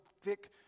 thick